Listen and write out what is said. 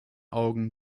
augen